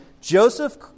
Joseph